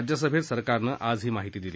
राज्यसभेत आज सरकारनं ही माहिती दिली